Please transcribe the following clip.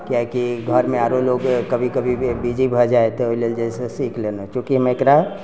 किआकि घरमे आरो लोग कभी कभी बिजी भऽ जाइत तऽ ओहिके लेल सीख लेलहुँ चूँकि हम एकरा